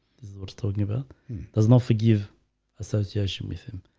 this is what's talking about does not forgive association with him,